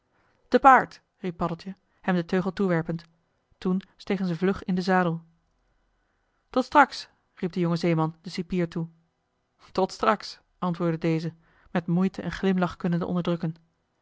te paard riep paddeltje hem den teugel toewerpend toen stegen ze vlug in den zadel tot straks riep de jonge zeeman den cipier toe tot straks antwoordde deze met moeite een glimlach kunnende onderdrukken